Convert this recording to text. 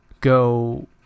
go